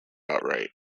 outright